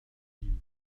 gilles